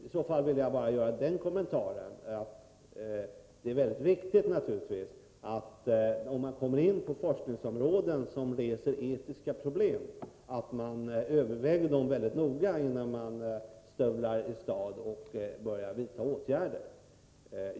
I så fall vill jag bara göra den kommentaren, att det naturligtvis är mycket viktigt, om man kommer in på forskningsområden som reser etiska problem, att man överväger dem väldigt noga innan man stövlar åstad och börjar vidta åtgärder.